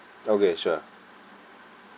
okay sure